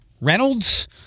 Reynolds